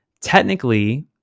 technically